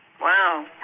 Wow